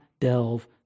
delve